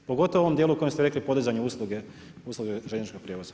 Pogotovo u ovom dijelu u kojem ste rekli podizanje usluge željezničkog prijevoza.